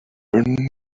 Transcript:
return